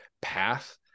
path